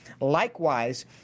Likewise